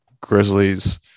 Grizzlies